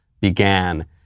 began